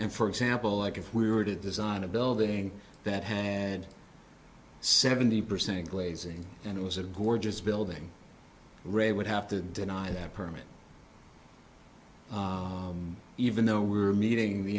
and for example like if we were to design a building that had seventy percent glazing and it was a gorgeous building ray would have to deny that permit even though we're meeting the